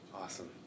awesome